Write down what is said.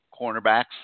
cornerbacks